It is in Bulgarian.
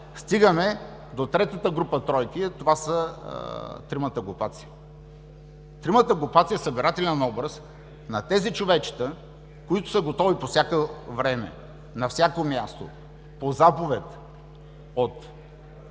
Стигаме до третата група тройка – това са „тримата глупаци“. „Тримата глупаци“ е събирателен образ на тези човечета, които са готови по всяко време, на всяко място, по заповед без